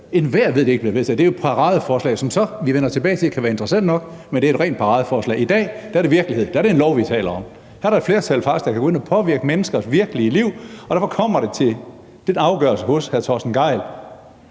jo et paradeforslag, som så – vi vender tilbage til det – kan være interessant nok, men det er et rent paradeforslag. I dag er det virkelighed. Der er det en lov, vi taler om. Her er der faktisk et flertal, der kan gå ind og påvirke menneskers virkelige liv, og derfor kommer det til den afgørelse hos hr. Torsten Gejl: